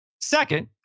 Second